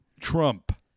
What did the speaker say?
Trump